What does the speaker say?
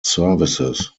services